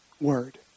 word